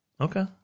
Okay